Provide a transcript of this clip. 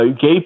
gay